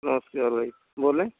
नमस्कार भाई बोलें